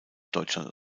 deutschland